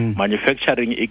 manufacturing